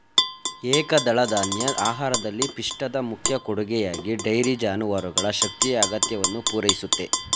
ಏಕದಳಧಾನ್ಯ ಆಹಾರದಲ್ಲಿ ಪಿಷ್ಟದ ಮುಖ್ಯ ಕೊಡುಗೆಯಾಗಿ ಡೈರಿ ಜಾನುವಾರುಗಳ ಶಕ್ತಿಯ ಅಗತ್ಯವನ್ನು ಪೂರೈಸುತ್ತೆ